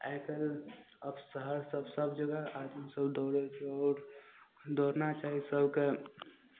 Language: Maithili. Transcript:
आइ काल्हि आब शहर सब सब जगह आदमी सब दौड़य छै दौड़ना चाही सबके